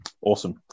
Awesome